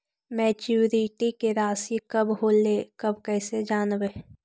Maturity के रासि कब होलै हम कैसे जानबै?